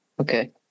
okay